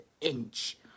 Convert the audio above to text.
inch